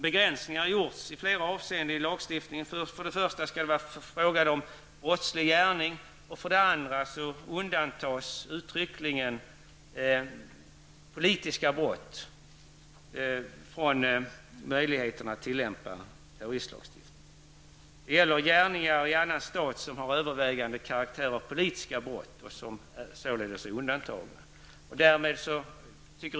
Begränsningar i flera avseenden har därför införts i lagstiftningen. För det första skall det vara fråga om brottslig gärning, och för det andra undantas uttryckligen politiska brott från möjligheten att tillämpa terroristlagstiftningen. Gärningar i annan stat som har övervägande karaktär av politiska brott är således undantagna.